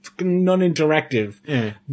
non-interactive